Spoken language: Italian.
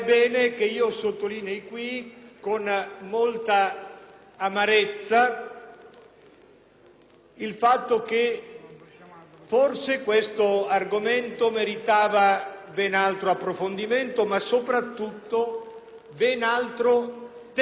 il fatto che forse questo argomento avrebbe meritato ben altro approfondimento e, soprattutto, ben altro tempo. Il tempo è una variabile sempre essenziale nella politica, così come nelle cose della vita.